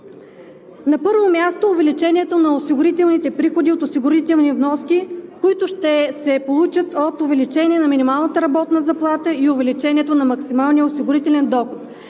На първо място, увеличението на осигурителните приходи от осигурителни вноски, които ще се получат от увеличение на минималната работна заплата и увеличението на максималния осигурителен доход.